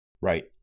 right